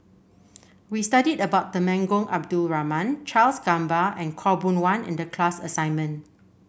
we studied about Temenggong Abdul Rahman Charles Gamba and Khaw Boon Wan in the class assignment